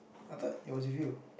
I thought it was with you